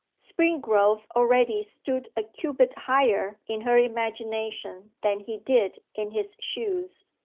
springrove already stood a cubit higher in her imagination than he did in his shoes.